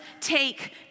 take